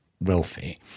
wealthy